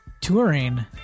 touring